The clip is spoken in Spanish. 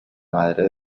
madre